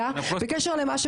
עליו: